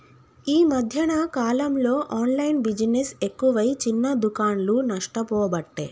ఈ మధ్యన కాలంలో ఆన్లైన్ బిజినెస్ ఎక్కువై చిన్న దుకాండ్లు నష్టపోబట్టే